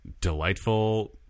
delightful